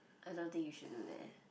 I don't think you should do that